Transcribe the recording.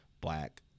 black